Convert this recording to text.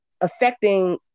affecting